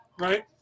Right